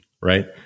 Right